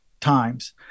times